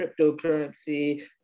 cryptocurrency